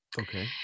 Okay